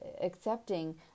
accepting